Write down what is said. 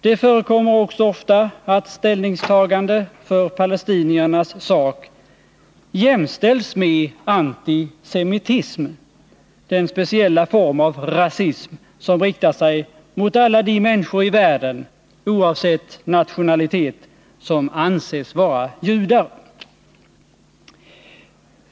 Det förekommer också ofta att ställningstagande för palestiniernas sak jämställs med antisemitism — den speciella form av rasism som riktar sig mot alla de människor i världen som, oavsett nationalitet, anses vara judar.